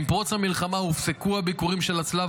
עם פרוץ המלחמה הופסקו הביקורים של הצלב